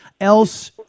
Else